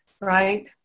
right